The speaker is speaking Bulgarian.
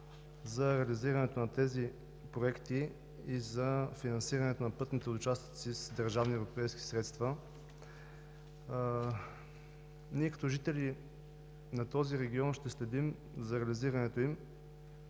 за реализирането на тези проекти и за финансирането на пътните участъци с държавни и европейски средства. Ние като жители на този регион ще следим за реализирането им